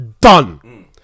done